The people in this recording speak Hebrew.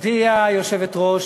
גברתי היושבת-ראש,